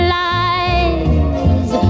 lies